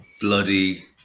bloody